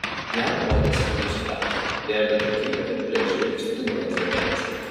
jam rodėsi neištvers jei bent akimirką atplėš žvilgsnį nuo izabelės